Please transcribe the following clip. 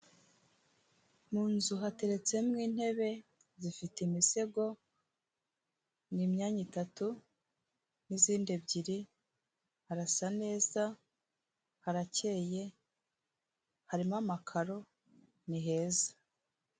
Mu nzu hateretsemwo intebe, zifite imisego, ni imyanya itatu n'izindi ebyiri, harasa neza, harakeye, harimo amakaro, ni heza.